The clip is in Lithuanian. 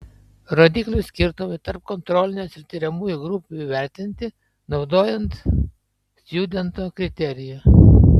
rodiklių skirtumai tarp kontrolinės ir tiriamųjų grupių įvertinti naudojant stjudento kriterijų